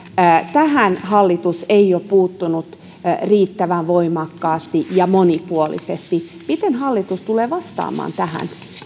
tähän hallitus ei ole puuttunut riittävän voimakkaasti ja monipuolisesti miten hallitus tulee vastaamaan tähän